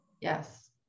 Yes